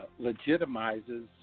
legitimizes